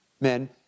men